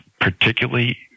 particularly